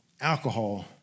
alcohol